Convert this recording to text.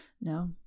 no